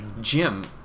Jim